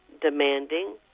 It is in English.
demanding